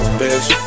bitch